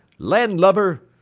land-lubber!